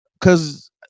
cause